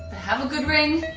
have a good ring.